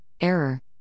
error